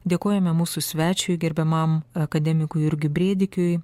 dėkojame mūsų svečiui gerbiamam akademikui jurgiui brėdikiui